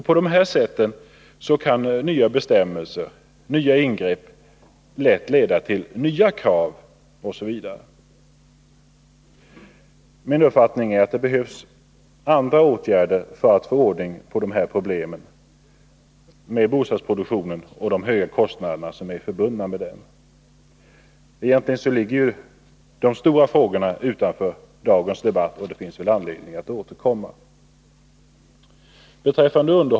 På så sätt kan nya bestämmelser, nya ingrepp, lätt leda till nya krav, osv. Min uppfattning är att det behövs andra åtgärder för att få ordning på de problem som rör bostadsproduktionen och de höga kostnader som är förbundna med den. Men egentligen ligger de stora frågorna utanför dagens debatt, och det finns anledning att återkomma till dem.